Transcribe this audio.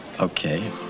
Okay